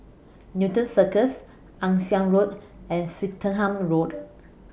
Newton Cirus Ann Siang Road and Swettenham Road